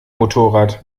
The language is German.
motorrad